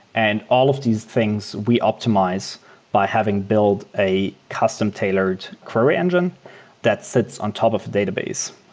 and all of these things we optimize by having build a custom-tailored query engine that sits on top of a database.